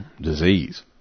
disease